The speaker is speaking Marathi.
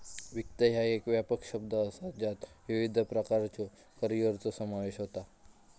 वित्त ह्या एक व्यापक शब्द असा ज्यात विविध प्रकारच्यो करिअरचो समावेश होता